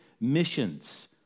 missions